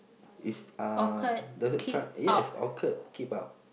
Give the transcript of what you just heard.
it's uh the sa~ yes Orchid keep out